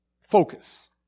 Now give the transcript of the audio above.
focus